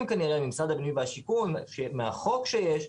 כנראה ממשרד הבינוי והשיכון שמהחוק שישי,